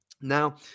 now